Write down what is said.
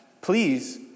please